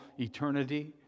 eternity